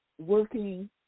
working